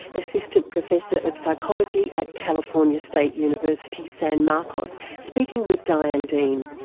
assistant professor of psychology at california state university, san marcos, speaking with diane dean.